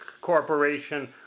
corporation